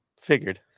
figured